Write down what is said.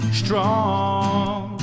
strong